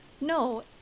No